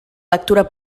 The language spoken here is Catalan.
lectura